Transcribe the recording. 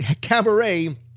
Cabaret